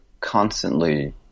constantly